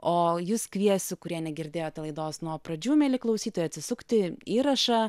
o jus kviesiu kurie negirdėjote laidos nuo pradžių mieli klausytojai atsisukti įrašą